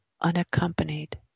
unaccompanied